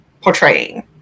portraying